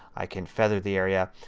i can feather the area.